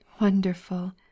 WONDERFUL